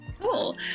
Cool